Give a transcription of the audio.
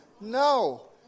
No